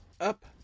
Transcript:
up